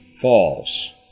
false